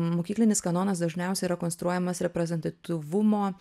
mokyklinis kanonas dažniausiai yra konstruojamas reprezentatyvumo